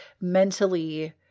mentally